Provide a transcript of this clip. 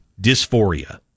dysphoria